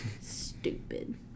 Stupid